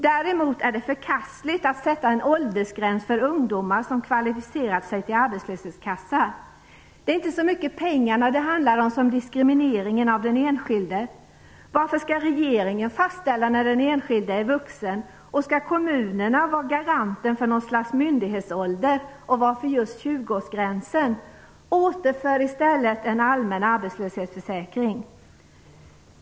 Däremot är det förkastligt att sätta en åldersgräns för ungdomar som kvalificerat sig till arbetslöshetskassa. Det är inte så mycket pengarna det handlar om som diskrimineringen av den enskilde. Varför skall regeringen fastställa när den enskilde skall betraktas som vuxen? Skall kommunerna vara garanten för något slags myndighetsålder, och varför just 20 årsgränsen? Återför i stället en allmän arbetslöshetsförsäkring.